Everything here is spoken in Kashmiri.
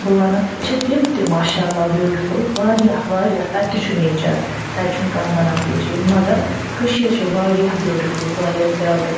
بہٕ وَنہٕ چھِ تِم تہِ ماشاء اللہ بیوٗٹِفُل واریاہ واریاہ تَتہِ تہِ چھُ نٮ۪چَر تَتہِ چھُنہٕ کانٛہہ بناوٹی چیٖز مگر کٔشیٖر چھِ واریاہ بیوٗٹِفُل واریاہ زیادٕ